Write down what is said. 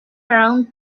around